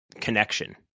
connection